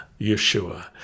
Yeshua